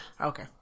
Okay